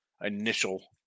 initial